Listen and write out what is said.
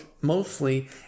mostly